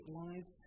lives